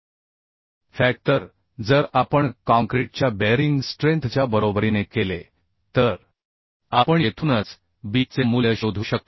45 fck तर जर आपण काँक्रीटच्या बेअरिंग स्ट्रेंथच्या बरोबरीने केले तर आपण येथूनच b चे मूल्य शोधू शकतो